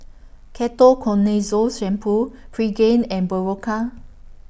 Ketoconazole Shampoo Pregain and Berocca